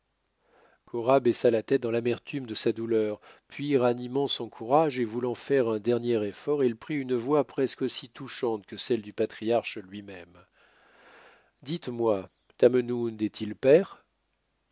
cora baissa la tête dans l'amertume de sa douleur puis ranimant son courage et voulant faire un dernier effort elle prit une voix presque aussi touchante que celle du patriarche luimême dites-moi tamenund est-il père